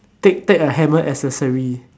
take take a hammer accessory